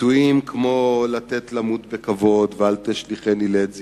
ביטויים כמו "לתת למות בכבוד" ו"אל תשליכני לעת זיקנה"